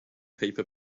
paper